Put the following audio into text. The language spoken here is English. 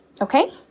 okay